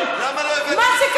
הינה,